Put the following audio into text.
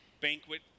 banquet